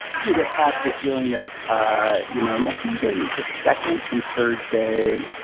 you can get past the feeling of ah you know and that's usually the second and third day.